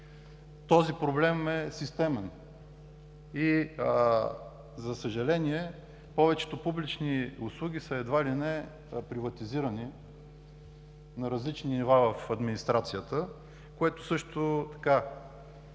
Този проблем е системен и, за съжаление, повечето публични услуги са едва ли не приватизирани на различни нива в администрацията, което също така